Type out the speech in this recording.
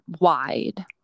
wide